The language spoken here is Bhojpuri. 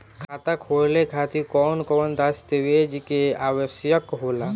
खाता खोले खातिर कौन कौन दस्तावेज के आवश्यक होला?